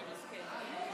לא נתקבלה.